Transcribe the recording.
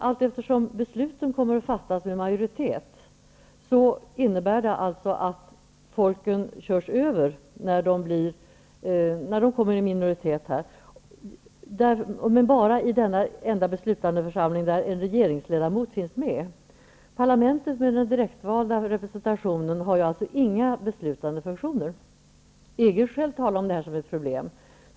Allt eftersom besluten kommer att fattas med majoritet innebär det att folken körs över, när de kommer i minoritet i denna enda beslutande församling, där en regeringsledamot finns med. Parlamentet med den direktvalda representationen har alltså inga beslutande funktioner.